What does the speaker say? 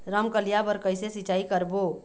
रमकलिया बर कइसे सिचाई करबो?